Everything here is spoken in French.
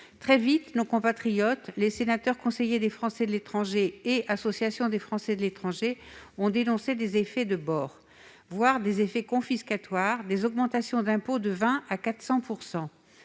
Très vite, nos compatriotes, les sénateurs, les conseillers consulaires et les associations des Français de l'étranger ont dénoncé des effets de bord, voire des effets confiscatoires, des augmentations d'impôt de 20 % à 400 %.